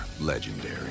legendary